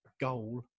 goal